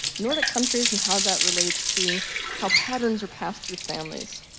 nordic countries and how that relates to how patterns are passed through families.